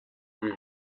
üben